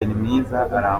mwiza